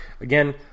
again